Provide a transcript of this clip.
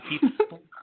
people